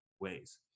ways